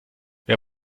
wer